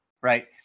right